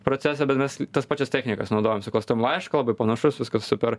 procesą bet mes tas pačias technikas naudojam suklastojam laišką labai panašus viskas super